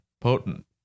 potent